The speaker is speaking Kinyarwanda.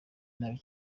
nabi